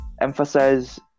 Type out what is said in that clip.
emphasize